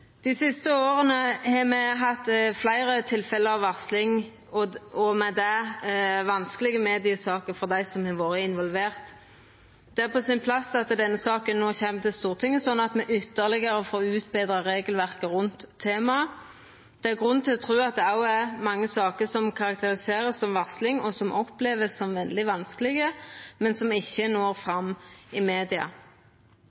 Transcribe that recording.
Dei siste åra har me hatt fleire tilfelle av varsling – og med det vanskelege mediesaker for dei som har vore involverte. Det er på sin plass at denne saka no kjem til Stortinget, slik at me ytterlegare får utbetra regelverket rundt temaet. Det er grunn til å tru at det er mange saker som vert karakteriserte som varsling, og som vert opplevde som veldig vanskelege, men som ikkje når